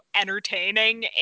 entertaining